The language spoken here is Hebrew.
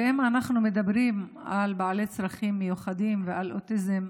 אם אנחנו מדברים על בעלי צרכים מיוחדים ועל אוטיזם,